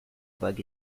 bug